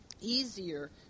easier